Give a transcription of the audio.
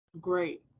Great